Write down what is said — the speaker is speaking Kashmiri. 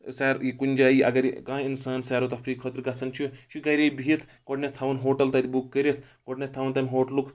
سیر یہِ کُنہِ جایہِ اگر کانٛہہ اِنسان سیر و تفری خٲطرٕ گژھن چھُ یہِ چھُ گَرے بِہِتھ کۄڈنیٚتھ تھاوَن ہوٹل تَتہِ بُک کٔرِتھ گۄڈٕنیٚتھ تھاوَن تَمہِ ہوٹلُک